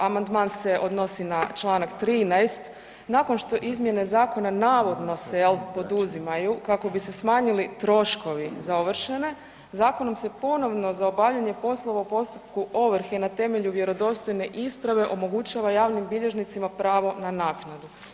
Kažem amandman se odnosi na čl. 13. nakon što izmjene zakona navodno se jel poduzimaju kako bi se smanjili troškovi za ovršene zakonom se ponovno za obavljanje poslova u postupku ovrhe na temelju vjerodostojne isprave omogućava javnim bilježnicima pravo na naknadu.